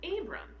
Abram